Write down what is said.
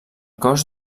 cos